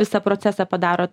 visą procesą padarot